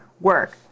work